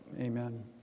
Amen